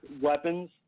weapons